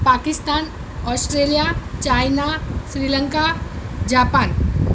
Pakistan Australia China Sri Lanka Japan